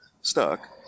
stuck